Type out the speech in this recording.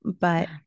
but-